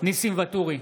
ניסים ואטורי,